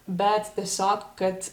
bet tiesiog kad